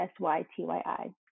SYTYI